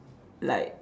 like